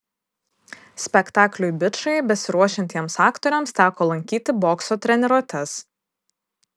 spektakliui bičai besiruošiantiems aktoriams teko lankyti bokso treniruotes